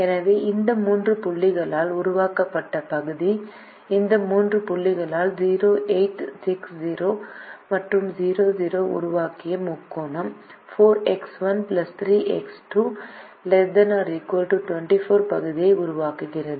எனவே இந்த மூன்று புள்ளிகளால் உருவாக்கப்பட்ட பகுதி இந்த மூன்று புள்ளிகளால் 0 8 6 0 மற்றும் 0 0 உருவாக்கிய முக்கோணம் 4X1 3X2 ≤ 24 பகுதியை உருவாக்குகிறது